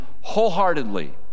wholeheartedly